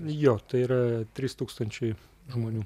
jo tai yra trys tūkstančiai žmonių